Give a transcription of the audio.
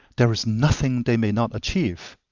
there is nothing they may not achieve.